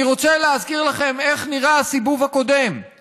אני רוצה להזכיר לכם איך נראה הסיבוב הקודם,